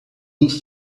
move